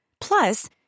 Plus